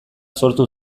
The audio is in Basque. sortu